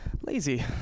lazy